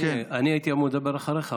אני הייתי אמור לדבר אחריך,